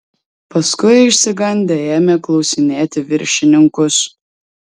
paskui išsigandę ėmė klausinėti viršininkus